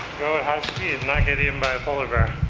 go in high speed and not get eaten by a polar bear.